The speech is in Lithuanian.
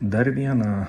dar vieną